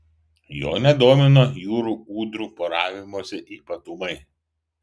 jo nedomino jūrų ūdrų poravimosi ypatumai